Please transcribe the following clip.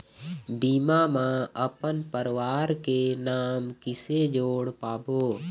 बीमा म अपन परवार के नाम किसे जोड़ पाबो?